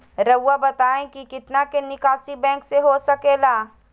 रहुआ बताइं कि कितना के निकासी बैंक से हो सके ला?